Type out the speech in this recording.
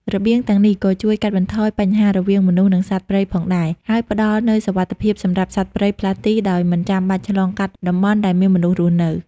របៀងទាំងនេះក៏ជួយកាត់បន្ថយ បញ្ហាររវាងមនុស្ស និងសត្វព្រៃ ផងដែរ ដោយផ្តល់ផ្លូវសុវត្ថិភាពសម្រាប់សត្វព្រៃផ្លាស់ទីដោយមិនចាំបាច់ឆ្លងកាត់តំបន់ដែលមានមនុស្សរស់នៅ។